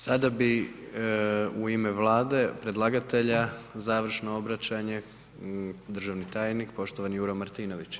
Sada bi u ime Vlade predlagatelja završno obraćanje državni tajnik poštovani Juro Martinović.